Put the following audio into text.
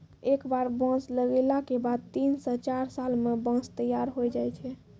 एक बार बांस लगैला के बाद तीन स चार साल मॅ बांंस तैयार होय जाय छै